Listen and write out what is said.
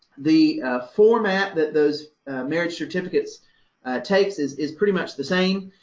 the format that those marriage certificates takes is is pretty much the same.